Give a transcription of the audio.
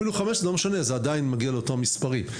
לא משנה, זה עדיין מגיע לאותם מספרים.